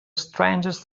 strangest